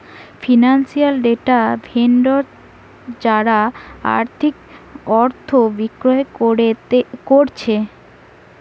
financial data vendor যারা আর্থিক তথ্য বিক্রি কোরছে